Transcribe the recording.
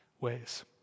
ways